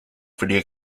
video